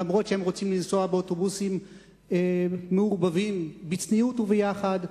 אף שהם רוצים לנסוע באוטובוסים מעורבים בצניעות ויחד,